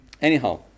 Anyhow